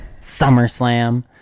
SummerSlam